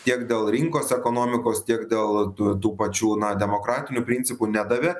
tiek dėl rinkos ekonomikos tiek dėl tų tų pačių na demokratinių principų nedavė